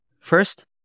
First